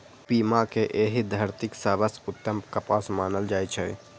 पीमा कें एहि धरतीक सबसं उत्तम कपास मानल जाइ छै